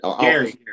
Gary